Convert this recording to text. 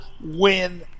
win